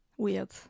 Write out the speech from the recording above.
weird